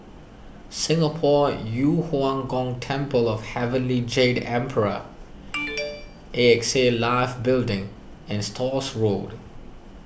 Singapore Yu Huang Gong Temple of Heavenly Jade Emperor A X A Life Building and Stores Road